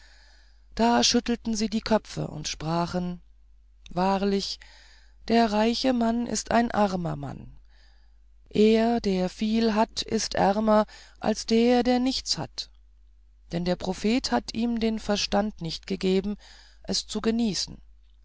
da schüttelten sie die köpfe und sprachen wahrlich der reiche mann ist ein armer mann er der viel hat ist ärmer als der nichts hat denn der prophet hat ihm den verstand nicht gegeben es zu genießen